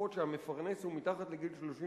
משפחות שבהן המפרנס הוא מתחת לגיל 35,